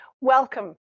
Welcome